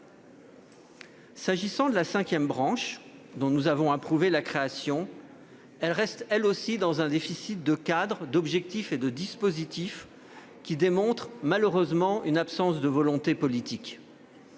S'agissant de la cinquième branche, dont nous approuvons la création, elle reste elle aussi dans un déficit de cadre, d'objectifs et de dispositifs, qui démontre malheureusement une absence de volonté politique.